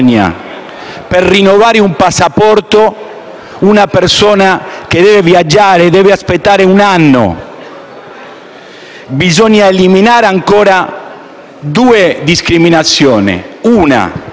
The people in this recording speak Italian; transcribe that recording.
Per rinnovare un passaporto, una persona che deve viaggiare deve aspettare un anno. Bisogna eliminare ancora due discriminazioni. La